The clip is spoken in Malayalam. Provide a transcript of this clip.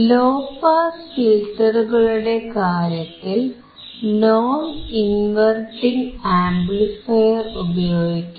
ലോ പാസ് ഫിൽറ്ററുകളുടെ കാര്യത്തിൽ നോൺ ഇൻവെർട്ടിംഗ് ആംപ്ലിഫയർ ഉപയോഗിക്കാം